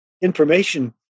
information